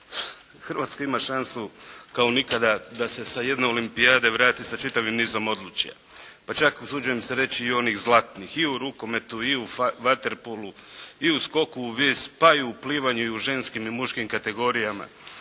Hrvatska ima šansu kao nikada da se sa jedne olimpijade vrati sa čitavim nizom odličja. Pa čak usuđujem se reći i onih zlatnih. I u rukometu i u vaterpolu i u skoku u vis, pa i u plivanju i u ženskim i u muškim kategorijama,